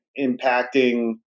impacting